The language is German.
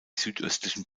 südöstlichen